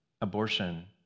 abortion